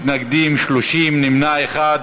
מתנגדים, 30, נמנע אחד.